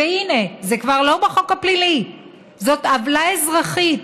והינה, זה כבר לא בחוק הפלילי, זאת עוולה אזרחית,